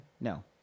No